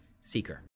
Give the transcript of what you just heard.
seeker